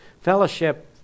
Fellowship